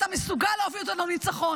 אתה מסוגל להוביל אותנו לניצחון.